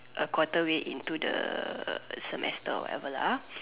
a quarter into the semester or whatever lah